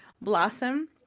Blossom